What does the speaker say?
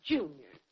Junior